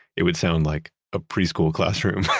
it would sound like a preschool classroom,